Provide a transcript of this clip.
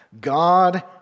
God